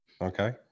Okay